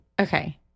Okay